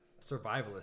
survivalist